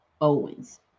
Owens